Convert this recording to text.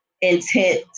intent